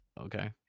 okay